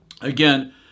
Again